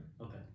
Okay